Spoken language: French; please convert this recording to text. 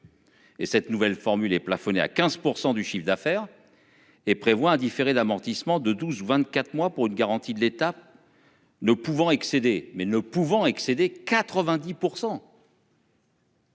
Et cette nouvelle formule est plafonnée à 15% du chiffre d'affaires. Et prévoit un différé d'amortissement de 12 ou 24 mois pour une garantie de l'État.-- Ne pouvant excéder mais ne pouvant excéder 90%.